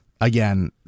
Again